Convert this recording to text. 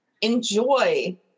enjoy